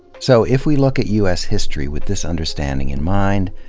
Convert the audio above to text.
so, if we look at u s. history with this understanding in mind,